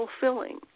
fulfilling